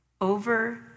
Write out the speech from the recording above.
over